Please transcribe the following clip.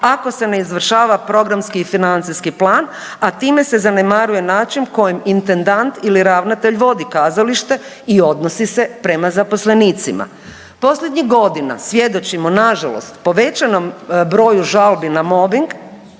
ako se ne izvršava programski i financijski plan, a time se zanemaruje način kojim intendant ili ravnatelj vodi kazalište i odnosi se prema zaposlenicima. Posljednjih godina svjedočimo nažalost povećanom broju žalbi na mobing